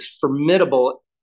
formidable